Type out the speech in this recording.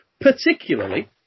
particularly